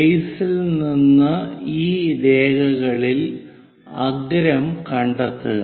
ബേസിൽ നിന്ന് ഈ രേഖകളിൽ അഗ്രം കണ്ടെത്തുക